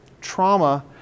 trauma